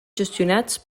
gestionats